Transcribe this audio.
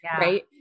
Right